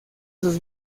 sus